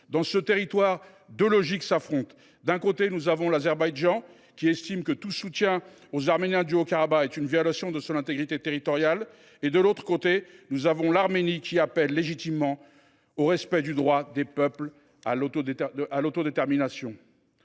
Dans ce territoire, deux logiques s’affrontent : d’un côté, nous avons l’Azerbaïdjan, qui estime que tout soutien aux Arméniens du Haut Karabagh est une violation de son intégrité territoriale ; de l’autre, nous avons l’Arménie, qui appelle légitimement au respect du droit des peuples à l’autodétermination.